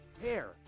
hair